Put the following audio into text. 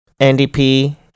NDP